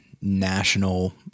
National